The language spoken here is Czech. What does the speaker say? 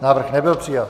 Návrh nebyl přijat.